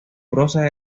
prosa